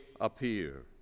appear